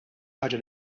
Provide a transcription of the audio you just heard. ħaġa